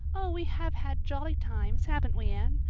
oh, we have had jolly times, haven't we, anne?